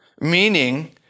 Meaning